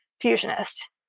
fusionist